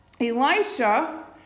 Elisha